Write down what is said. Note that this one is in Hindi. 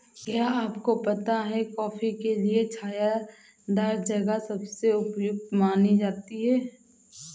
क्या आपको पता है कॉफ़ी के लिए छायादार जगह सबसे उपयुक्त मानी जाती है?